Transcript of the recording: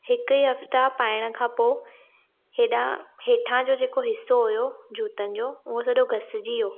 हिकु ई हफ़्ता पाइण खां पोइ हेॾा हेठां जो जेको हिसो हुओ जूतनि जो उहो सॼो घसिजियो